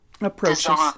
approaches